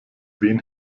wen